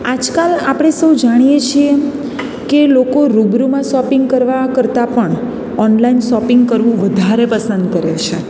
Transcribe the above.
આજકાલ આપળે સૌ જાણીએ છીએ કે લોકો રૂબરૂમાં શોપિંગ કરવા કરતાં પણ ઓનલાઈન શોપિંગ કરવું વધારે પસંદ કરે છે